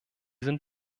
sind